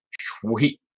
sweet